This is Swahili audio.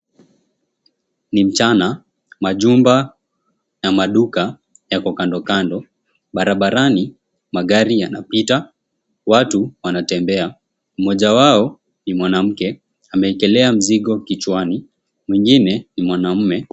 Ni mchana, majumba na maduka yako kando kando barabarani, magari yanapita, watu wanatembea. Mmoja wao ni mwanamke ameekelea mzigo kichwani, mwingine ni mwanaume.